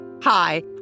Hi